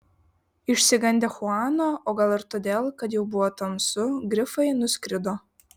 išsigandę chuano o gal ir todėl kad jau buvo tamsu grifai nuskrido